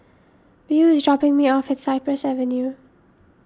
Beau is dropping me off at Cypress Avenue